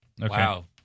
Wow